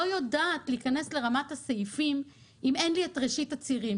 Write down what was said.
להיכנס לרמת הסעיפים אם אין לי את ראשית הצירים.